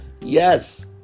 Yes